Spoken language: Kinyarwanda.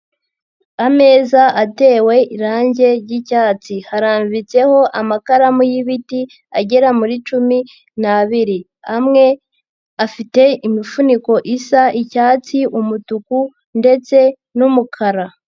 Ameza atewe irangi ry'icyatsi. Harambitseho amakaramu y'ibiti agera muri cumi n'abiri. Amwe afite imifuniko isa icyatsi, umutuku ndetse n'umukara.